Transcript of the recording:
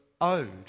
owed